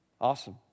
Awesome